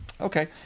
okay